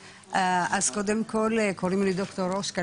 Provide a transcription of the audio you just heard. אז קודם כל שמי דוקטור פאולה רושקה,